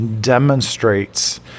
demonstrates